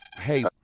hey